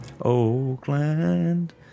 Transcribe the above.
Oakland